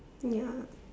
ya